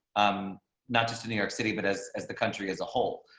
um not just in new york city. but as as the country as a whole.